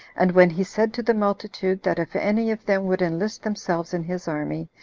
and when he said to the multitude, that if any of them would enlist themselves in his army,